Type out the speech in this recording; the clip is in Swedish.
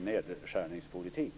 medieförsäljningspolitik.